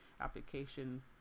application